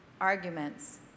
arguments